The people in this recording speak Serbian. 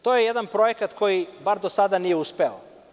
To je jedan projekat koji bar do sada nije uspeo.